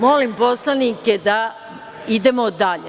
Molim poslanike da idemo dalje.